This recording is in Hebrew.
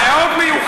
מאוד מיוחדת.